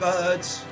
Birds